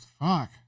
fuck